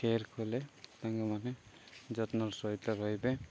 care କଲେ ତାଙ୍କୁମାନେ ଯତ୍ନର ସହିତ ରହିବେ